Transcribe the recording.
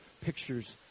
pictures